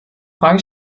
frage